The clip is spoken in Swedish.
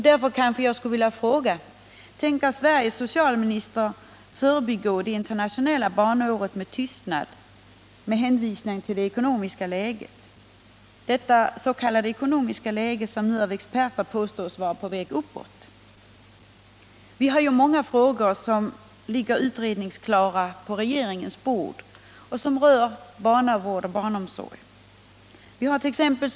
Därför vill jag fråga: Kommer Sveriges socialminister att förbigå det internationella barnåret 1979 med tystnad på grund av det ekonomiska läget — detta s.k. ekonomiska läge som nu av experter påstås vara på väg uppåt? Många frågor som rör barnavård och barnomsorg ligger nu utredningsklara på regeringens bord. Vi hart.ex.